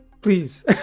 Please